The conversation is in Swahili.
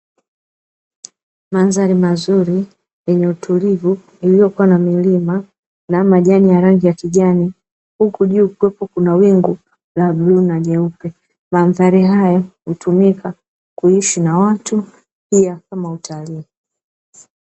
Mandhari nzuri yenye utulivu iliyokuwa na milima na majani ya rangi ya kijani huku juu kukiwa na wingu la bluu na jeupe, mandhari hii hutumika kuishi waru ama utalii.